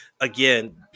again